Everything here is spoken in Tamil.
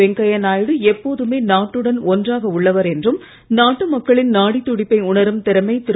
வெங்கையா நாயுடு எப்போதுமே நாட்டுடன் ஒன்றாக உள்ளவர் என்றும் நாட்டு மக்களின் நாடித் துடிப்பை உணரும் திறமை திரு